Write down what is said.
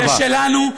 זה שלנו,